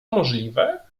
możliwe